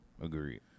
Agreed